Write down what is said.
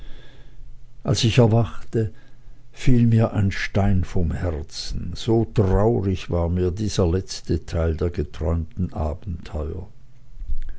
als ich erwachte fiel mir ein stein vom herzen so traurig war mir dieser letzte teil der geträumten abenteuer